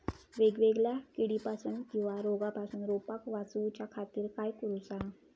वेगवेगल्या किडीपासून किवा रोगापासून रोपाक वाचउच्या खातीर काय करूचा?